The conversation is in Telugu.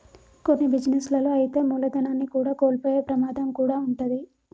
కొన్ని బిజినెస్ లలో అయితే మూలధనాన్ని కూడా కోల్పోయే ప్రమాదం కూడా వుంటది